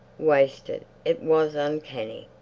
wasted. it was uncanny.